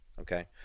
Okay